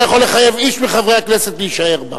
אני לא יכול לחייב איש מחברי הכנסת להישאר בה.